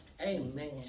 Amen